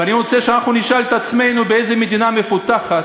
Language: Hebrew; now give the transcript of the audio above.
ואני רוצה שאנחנו נשאל את עצמנו באיזה מדינה מפותחת,